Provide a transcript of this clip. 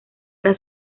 era